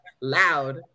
Loud